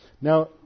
Now